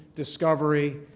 discovery,